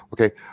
okay